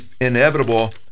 inevitable